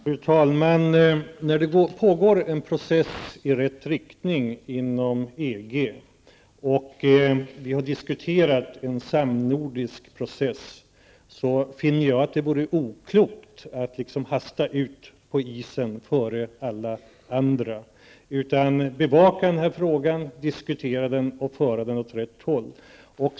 Fru talman! När det pågår en process i rätt riktning inom EG och det har diskuterats om en samnordisk process, finner jag att det vore oklokt att liksom hasta ut på isen före alla andra. Det gäller att bevaka frågan, diskutera den och föra den åt rätt håll.